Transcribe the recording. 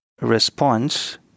response